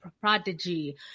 prodigy